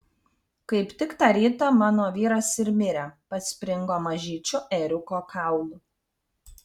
kaip tik tą rytą mano vyras ir mirė paspringo mažyčiu ėriuko kaulu